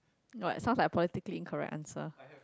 what sounds like politically incorrect answer